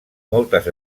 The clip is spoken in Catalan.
moltes